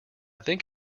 think